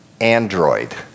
android